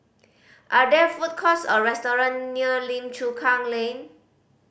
are there food courts or restaurants near Lim Chu Kang Lane